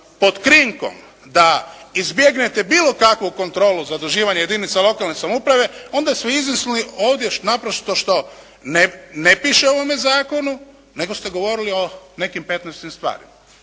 pod krinkom da izbjegnete bilo kakvu kontrolu zaduživanja jedinica lokalne samouprave onda su izmislili ovdje naprosto što ne piše u ovome zakonu nego ste govorili o nekim petnaestim stvarima.